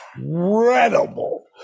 incredible